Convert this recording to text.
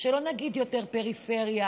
שלא נגיד: יותר לפריפריה,